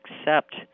accept